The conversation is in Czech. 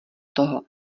toho